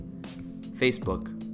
facebook